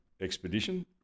expedition